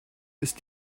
ist